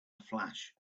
flash